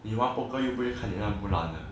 you 玩 poker 又不会看你烂不烂的